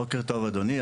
בוקר טוב אדוני,